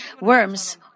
worms